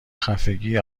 خفگی